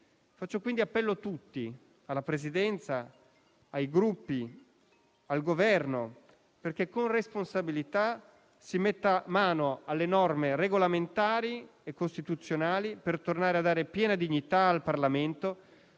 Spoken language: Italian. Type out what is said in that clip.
Faccio, quindi, appello a tutti, alla Presidenza, ai Gruppi, al Governo, perché, con responsabilità, si metta mano alle norme regolamentari e costituzionali per tornare a dare piena dignità al Parlamento,